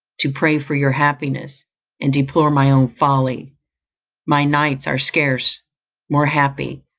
to pray for your happiness and deplore my own folly my nights are scarce more happy,